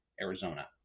Arizona